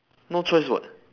no choice [what]